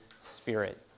spirit